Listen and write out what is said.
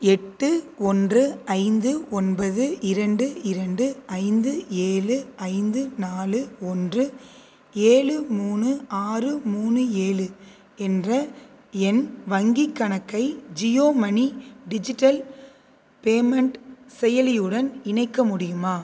எட்டு ஒன்று ஐந்து ஒன்பது இரண்டு இரண்டு ஐந்து ஏழு ஐந்து நாலு ஒன்று ஏழு மூணு ஆறு மூணு ஏழு என்ற என் வங்கிக் கணக்கை ஜியோ மனி டிஜிட்டல் பேமெண்ட் செயலியுடன் இணைக்க முடியுமா